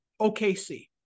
OKC